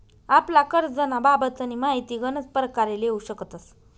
आपला करजंना बाबतनी माहिती गनच परकारे लेवू शकतस